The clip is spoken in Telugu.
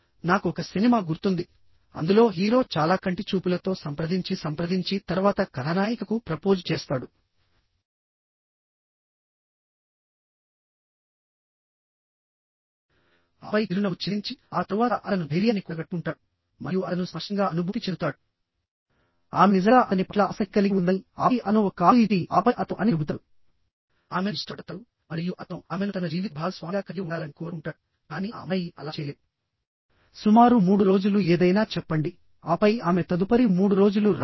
నాకు ఒక సినిమా గుర్తుంది అందులో హీరో చాలా కంటి చూపుల తో సంప్రదించి సంప్రదించి తర్వాత కథానాయికకు ప్రపోజ్ చేస్తాడుఆపై చిరునవ్వు చిందించిఆ తరువాత అతను ధైర్యాన్ని కూడగట్టుకుంటాడు మరియు అతను స్పష్టంగా అనుభూతి చెందుతాడు ఆమె నిజంగా అతని పట్ల ఆసక్తి కలిగి ఉందని ఆపై అతను ఒక కార్డు ఇచ్చి ఆపై అతను అని చెబుతాడు ఆమెను ఇష్టపడతాడు మరియు అతను ఆమెను తన జీవిత భాగస్వామిగా కలిగి ఉండాలని కోరుకుంటాడు కానీ ఆ అమ్మాయి అలా చేయదు సుమారు 3 రోజులు ఏదైనా చెప్పండి ఆపై ఆమె తదుపరి 3 రోజులు రాదు